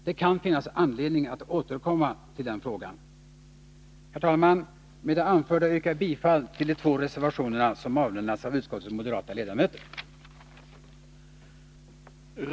Det kan finnas anledning att återkomma till frågan. Herr talman! Med det anförda yrkar jag bifall till de två reservationer som avlämnats av utskottets moderata ledamöter.